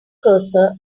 cursor